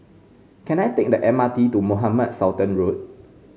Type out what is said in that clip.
can I take the M R T to Mohamed Sultan Road